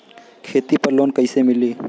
खेती पर लोन कईसे मिली?